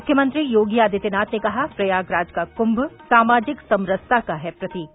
मुख्यमंत्री योगी आदित्यनाथ ने कहा प्रयागराज का कुंभ सामाजिक समरसता का है प्रतीक